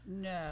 no